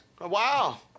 Wow